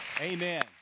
Amen